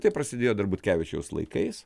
tai prasidėjo dar butkevičiaus laikais